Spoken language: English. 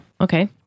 Okay